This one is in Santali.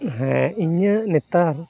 ᱦᱮᱸ ᱤᱧᱟᱹᱜ ᱱᱮᱛᱟᱨ